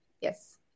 Yes